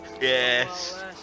Yes